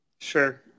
Sure